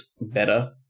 better